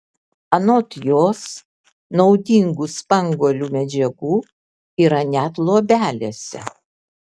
anot jos naudingų spanguolių medžiagų yra net luobelėse